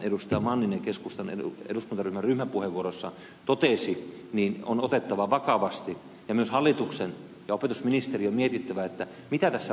manninen keskustan eduskuntaryhmän ryhmäpuheenvuorossaan totesi on otettava vakavasti ja myös hallituksen ja opetusministeriön mietittävä mitä tässä voidaan tehdä